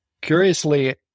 Curiously